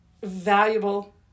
valuable